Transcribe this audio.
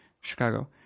Chicago